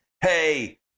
hey